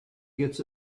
gets